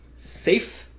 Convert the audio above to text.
safe